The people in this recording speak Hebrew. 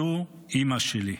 זו אימא שלי.